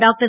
doctor